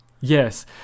Yes